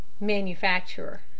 Manufacturer